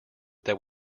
that